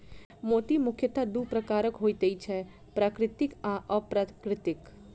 मोती मुखयतः दू प्रकारक होइत छै, प्राकृतिक आ अप्राकृतिक